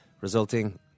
resulting